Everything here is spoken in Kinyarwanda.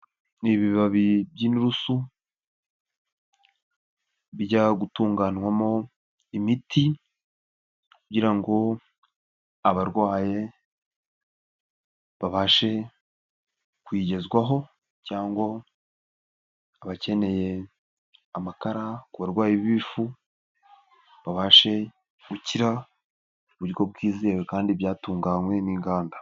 Ni ibibabi by'inturusu bijya gutunganywamo imiti kugira abarwayi babashe kuyigezwaho cyangwa abakeneye amakara ku barwayi b'ibifu babashe gukira mu buryo bwizewe kandi byatunganywe n'inganda.